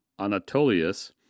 Anatolius